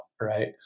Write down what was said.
right